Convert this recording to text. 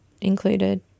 included